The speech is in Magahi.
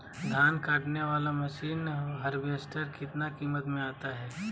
धान कटने बाला मसीन हार्बेस्टार कितना किमत में आता है?